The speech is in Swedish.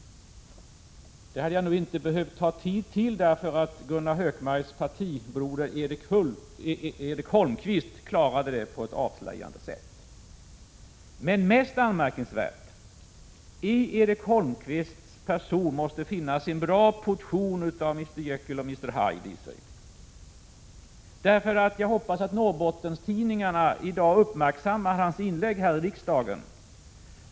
Det hade jag inte behövt ta tid till, för Gunnar Hökmarks partibroder Erik Holmkvist klarade det på ett belysande sätt. Mest anmärkningsvärt är att det i Erik Holmkvists person måste finnas en bra portion av både Dr Jekyll och Mr Hyde. Jag hoppas att Norrbottenstidningarna uppmärksammar hans inlägg i riksdagen i dag.